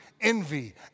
envy